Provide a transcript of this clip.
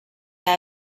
that